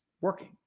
working